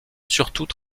surtout